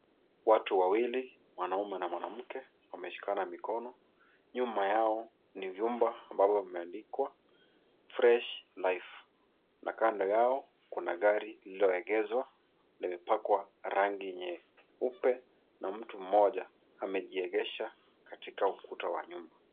Watu wawili, mwanaume na mwanamke, wameshikana mkono. Nyuma yao ni vyumba ambavyo vimeandikwa, fresh life na kando yao kuna gari lililoegeshwa, limepakwa rangi nyeupe na mtu moja amejiegesha katika ukuta wa nyumba.